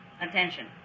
attention